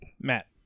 matt